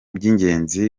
by’ingenzi